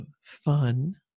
fun